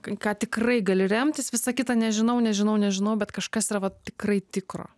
į ką tikrai gali remtis visa kita nežinau nežinau nežinau bet kažkas yra vat tikrai tikro